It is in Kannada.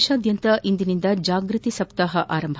ದೇಶಾದ್ಯಂತ ಇಂದಿನಿಂದ ಜಾಗೃತಿ ಸಪ್ತಾಹ ಆರಂಭ